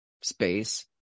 space